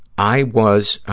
i was,